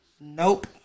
Nope